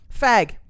Fag